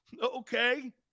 Okay